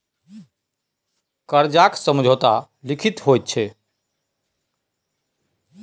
करजाक समझौता लिखित होइ छै